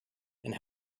and